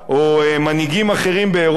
או מנהיגים אחרים באירופה,